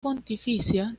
pontificia